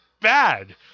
Bad